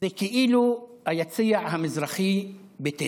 זה כאילו היציע המזרחי בטדי.